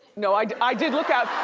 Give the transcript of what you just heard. no, i i did look out.